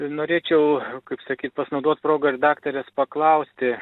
norėčiau kaip sakyt pasinaudot proga ir daktarės paklausti